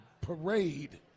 parade